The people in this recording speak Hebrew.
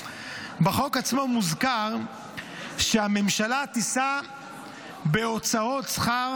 בחוק עצמו מוזכר שהממשלה תישא בהוצאות שכר